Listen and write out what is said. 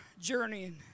journeying